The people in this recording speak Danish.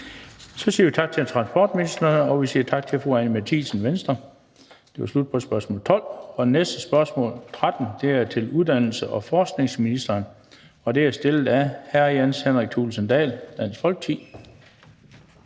Vi siger tak til transportministeren og til fru Anni Matthiesen, Venstre. Det næste spørgsmål, spørgsmål nr. 13, er til uddannelses- og forskningsministeren, og det er stillet af hr. Jens Henrik Thulesen Dahl, Dansk Folkeparti.